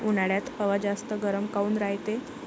उन्हाळ्यात हवा जास्त गरम काऊन रायते?